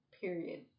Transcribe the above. period